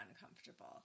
uncomfortable